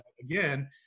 again